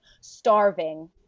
starving